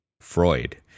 Freud